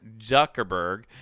Zuckerberg